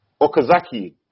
Okazaki